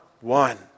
one